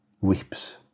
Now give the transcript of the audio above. weeps